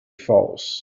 false